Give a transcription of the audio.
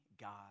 God